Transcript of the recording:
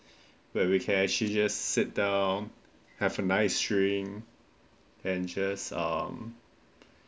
where we can actually just sit down have a nice drink and just um